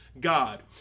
God